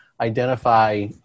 identify